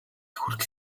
хүртэл